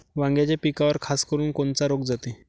वांग्याच्या पिकावर खासकरुन कोनचा रोग जाते?